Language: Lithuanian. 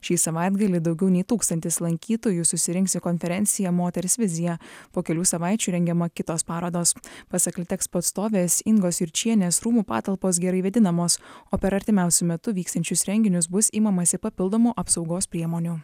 šį savaitgalį daugiau nei tūkstantis lankytojų susirinks į konferenciją moters viziją po kelių savaičių rengiama kitos parodos pasak litexpo atstovės ingos jurčienės rūmų patalpos gerai vėdinamos o per artimiausiu metu vyksiančius renginius bus imamasi papildomų apsaugos priemonių